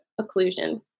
occlusion